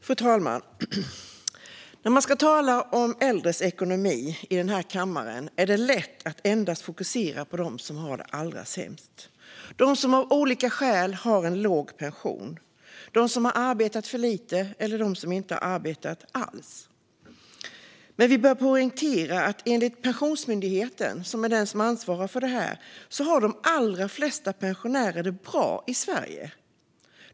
Fru talman! När man ska tala om äldres ekonomi i den här kammaren är det lätt att endast fokusera på dem som har det allra sämst - de som av olika skäl har en låg pension. Det handlar om dem som har arbetat för lite eller inte alls. Vi bör poängtera att de allra flesta pensionärer har det bra i Sverige, enligt Pensionsmyndigheten som ansvarar för detta.